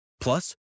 Plus